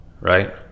right